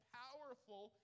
powerful